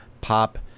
pop